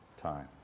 time